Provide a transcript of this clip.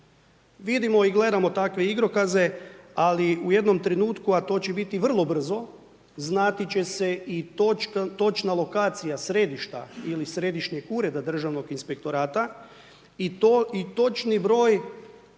Vidimo i gledamo takve igrokaze, ali u jednom trenutku, a to će biti vrlo brzo, znati će se i točna lokacija središta ili Središnjeg ureda Državnog inspektorata i to točni broj